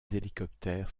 hélicoptères